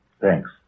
Thanks